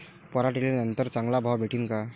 पराटीले नंतर चांगला भाव भेटीन का?